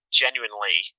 genuinely